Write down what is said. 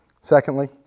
Secondly